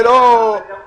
ולא --- אבל יכול